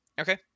Okay